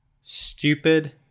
stupid